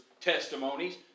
testimonies